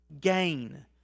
Gain